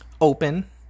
open